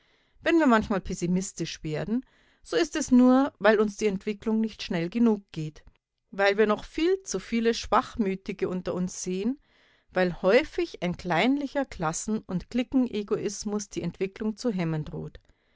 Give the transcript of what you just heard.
wenn wir manchmal pessimistisch werden so ist es nur weil uns die entwicklung nicht schnell genug geht weil wir noch viel zu viele schwachmütige unter uns sehen weil häufig ein kleinlicher klassen und cliquenegoismus die entwicklung zu hemmen droht